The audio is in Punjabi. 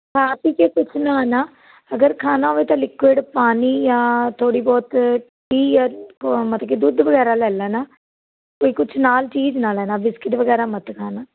ਖਾ ਪੀ ਕੇ ਕੁਛ ਨਾ ਆਉਣਾ ਅਗਰ ਖਾਣਾ ਹੋਵੇ ਤਾਂ ਲਿਕੁਇਡ ਪਾਣੀ ਜਾਂ ਥੋੜ੍ਹੀ ਬਹੁਤ ਟੀਅ ਜਾਂ ਮਤਲਬ ਕਿ ਦੁੱਧ ਵਗੈਰਾ ਲੈ ਲੈਣਾ ਅਤੇ ਕੁਛ ਨਾਲ ਚੀਜ਼ ਨਾ ਲੈਣਾ ਬਿਸਕਿਟ ਵਗੈਰਾ ਮਤ ਖਾਣਾ